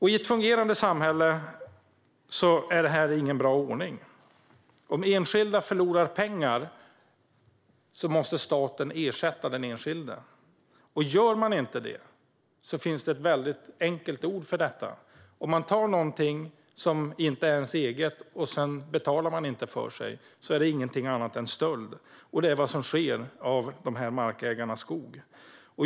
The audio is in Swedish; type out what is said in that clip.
I ett fungerande samhälle är det här ingen bra ordning. Om enskilda förlorar pengar måste staten ersätta den enskilde. Gör man inte det kan det beskrivas med ett enkelt ord: Om man tar någonting som inte är ens eget och inte betalar för sig är det ingenting annat än stöld, och det är vad som sker med de här markägarnas skog.